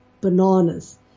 bananas